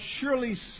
surely